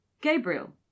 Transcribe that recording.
Gabriel